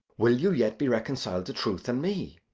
will you yet be reconciled to truth and me?